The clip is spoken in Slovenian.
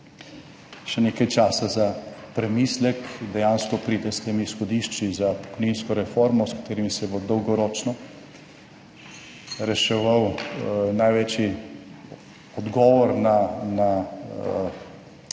še nekaj časa za premislek, dejansko pride s temi izhodišči za pokojninsko reformo, s katerimi se bo dolgoročno reševal največji odgovor na izziv,